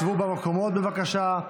אנא, שבו במקומות, בבקשה.